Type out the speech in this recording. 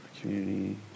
Community